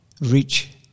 reach